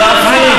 שונאים.